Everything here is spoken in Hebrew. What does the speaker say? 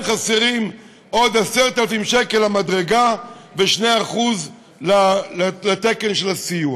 חסרים עוד 10,000 שקל למדרגה ו-2% לתקן של הסיוע.